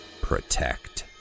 Protect